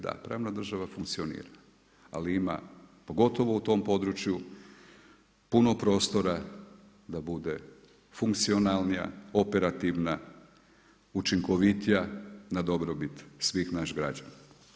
Da, pravna država funkcionira, ali ima pogotovo u tom području puno prostora da bude funkcionalnija, operativna, učinkovitija na dobrobit svih naših građana.